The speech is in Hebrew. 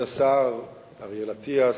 אדוני היושב-ראש, כבוד השר אריאל אטיאס,